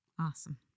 Awesome